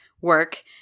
work